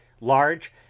large